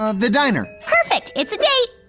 um the diner? perfect, it's a date!